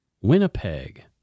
Winnipeg